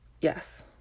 Yes